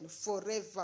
forever